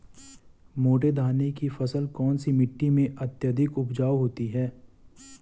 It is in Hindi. मोटे दाने की फसल कौन सी मिट्टी में अत्यधिक उपजाऊ होती है?